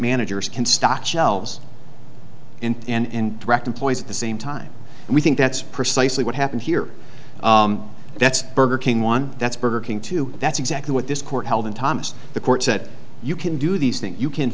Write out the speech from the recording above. managers can stock shelves and direct employees at the same time and we think that's precisely what happened here that's burger king one that's burger king two that's exactly what this court held in thomas the court said you can do these things you can